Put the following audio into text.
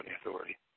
authority